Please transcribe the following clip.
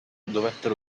dovettero